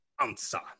Answer